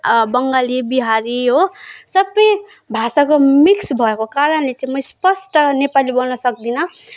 आ बङ्गाली बिहारी हो सबै भाषाको मिक्स भएको कारणले चाहिँ म स्पष्ट नेपाली बोल्न सक्दिनँ